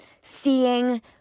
Seeing